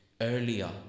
earlier